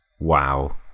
wow